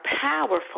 powerful